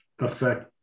affect